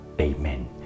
amen